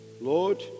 Lord